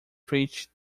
preached